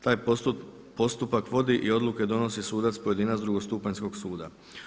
Taj postupak vodi i odluke donosi sudac pojedinac drugostupanjskog suda.